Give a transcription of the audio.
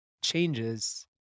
changes